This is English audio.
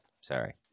Sorry